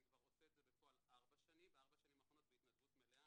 אני כבר עושה את זה בפועל בארבע השנים האחרונות בהתנדבות מלאה.